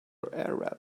arab